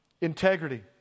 Integrity